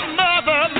mother